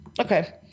Okay